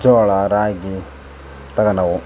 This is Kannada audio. ಜೋಳ ರಾಗಿ ತಗೋಳವು